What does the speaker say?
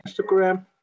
Instagram